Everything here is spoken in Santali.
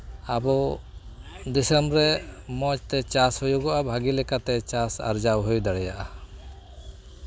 ᱟᱵᱚ ᱫᱤᱥᱟᱹᱢ ᱨᱮ ᱢᱚᱡᱽᱛᱮ ᱪᱟᱥ ᱦᱩᱭᱩᱜᱚᱜᱼᱟ ᱵᱷᱟᱹᱜᱤ ᱞᱮᱠᱟᱛᱮ ᱪᱟᱥ ᱟᱨᱡᱟᱣ ᱦᱩᱭ ᱫᱟᱲᱮᱭᱟᱜᱼᱟ